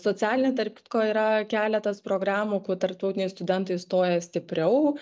socialinė tarp kitko yra keletas programų kur tarptautiniai studentai stoja stipriau